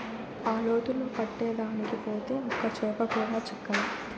ఆ లోతులో పట్టేదానికి పోతే ఒక్క చేప కూడా చిక్కలా